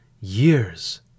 years